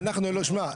תשמע,